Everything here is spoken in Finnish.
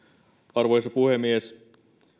arvoisa puhemies